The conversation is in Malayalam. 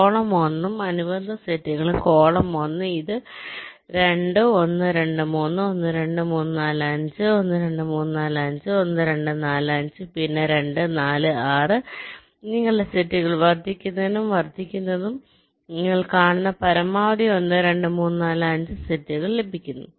കോളം 1 ഉം അനുബന്ധ സെറ്റുകളും കോളം 1 ഇത് 2 1 2 3 1 2 3 4 5 1 2 3 4 5 1 2 4 5 പിന്നെ 2 4 6 ആണ് നിങ്ങളുടെ സെറ്റുകൾ വർദ്ധിക്കുന്നതും വർദ്ധിക്കുന്നതും വർദ്ധിക്കുന്നതും നിങ്ങൾ കാണുന്നു പരമാവധി 1 2 3 4 5 സെറ്റ് ലഭിക്കുന്നു